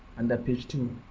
and page two,